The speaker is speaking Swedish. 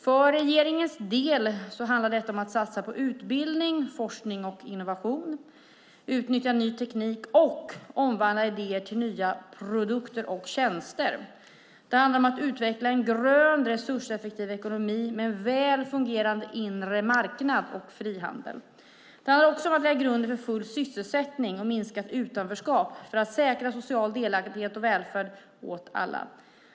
För regeringens del handlar detta om att satsa på utbildning, forskning och innovation, utnyttja ny teknik och omvandla idéer till nya produkter och tjänster. Det handlar om att utveckla en grön, resurseffektiv ekonomi med en väl fungerande inre marknad och frihandel. Det handlar också om att lägga grunden för full sysselsättning och minskat utanförskap för att säkra social delaktighet och välfärd åt alla.